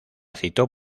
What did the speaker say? citó